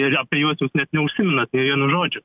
ir apie juos jūs net neužsimenat nė vienu žodžiu